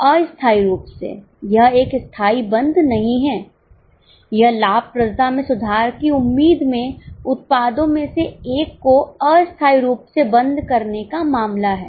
अस्थायी रूप से यह एक स्थायी बंद नहीं है यह लाभप्रदता में सुधार की उम्मीद में उत्पादों में से एक को अस्थायी रूप से बंद करने का मामला है